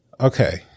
Okay